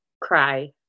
cry